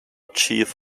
chief